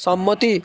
সম্মতি